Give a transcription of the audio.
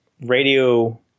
radio